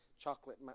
chocolate